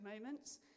moments